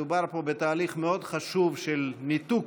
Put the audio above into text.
מדובר פה בתהליך מאוד חשוב של ניתוק,